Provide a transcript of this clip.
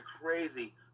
crazy